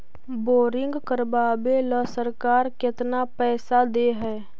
Boring करबाबे ल सरकार केतना पैसा दे है?